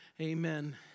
Amen